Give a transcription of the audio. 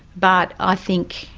but i think